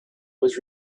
was